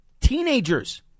teenagers